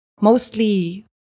mostly